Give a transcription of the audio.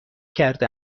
کرده